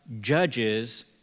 judges